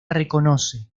reconoce